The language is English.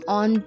on